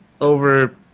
over